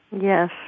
Yes